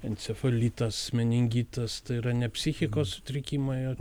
encefalitas meningitas tai yra ne psichikos sutrikimai o